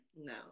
No